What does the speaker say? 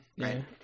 Right